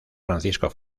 francisco